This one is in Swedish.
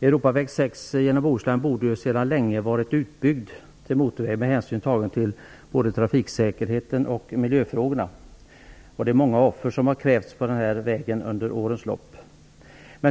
Europaväg 6 genom Bohuslän borde sedan länge ha varit utbyggd till motorväg med hänsyn tagen både till trafiksäkerheten och miljöfrågorna. Många offer har krävts på vägen under årens lopp.